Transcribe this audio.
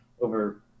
over